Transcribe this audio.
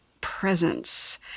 presence